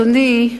אדוני,